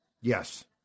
Yes